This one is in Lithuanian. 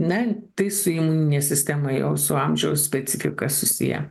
na tai su imunine sistema jau su amžiaus specifika susiję